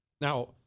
Now